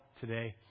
today